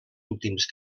últims